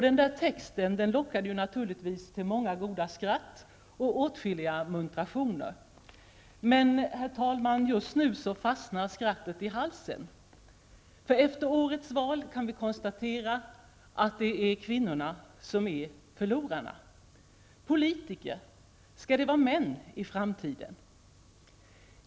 Denna text har naturligtvis lockat till många goda skratt och åtskilliga muntrationer. Men, herr talman, just nu fastnar skrattet i halsen. Efter årets val kan vi konstatera att det är kvinnorna som är förlorarna. Politiker -- skall det vara män i framtiden?